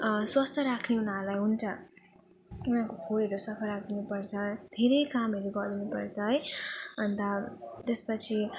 स्वास्थ्य राख्ने उनीहरूलाई हुन्छ उनीहरूको खोरहरू सफा राखिदिनु पर्छ धेरै कामहरू गरिदिनु पर्छ है अन्त त्यस पछि